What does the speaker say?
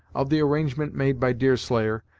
of the arrangement made by deerslayer,